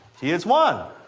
heres one.